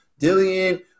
Dillian